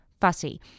fussy